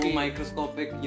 microscopic